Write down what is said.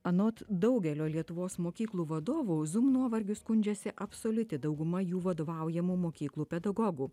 anot daugelio lietuvos mokyklų vadovų zum nuovargiu skundžiasi absoliuti dauguma jų vadovaujamų mokyklų pedagogų